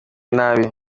nabi